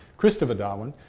christopher darwin,